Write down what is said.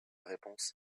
réponse